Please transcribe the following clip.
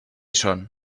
són